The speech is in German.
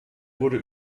wurde